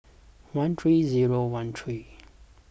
one three zero one three